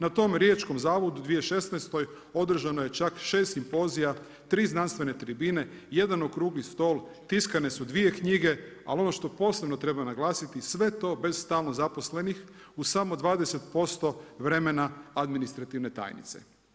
Na tom riječkom zavodu u 2016. održano je čak 6 simpozija, 3 znanstvene tribine, jedan okrugli stol, tiskane su dvije knjige ali ono što posebno treba naglasiti sve to bez stalno zaposlenih u samo 20% vremena administrativne tajnice.